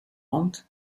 want